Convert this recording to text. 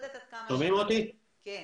ואיך